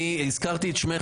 הזכרתי את שמך,